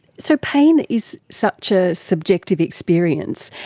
so pain is such a subjective experience.